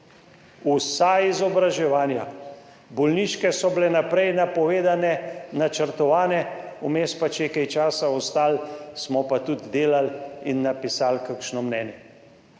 vsa izobraževanja, bolniške so bile naprej napovedane, načrtovane, vmes pa, če je kaj časa ostalo, smo pa tudi delali in napisali kakšno mnenje.